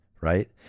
right